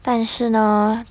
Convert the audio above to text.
但是呢